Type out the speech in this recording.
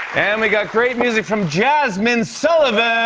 and we got great music from jazmine sullivan!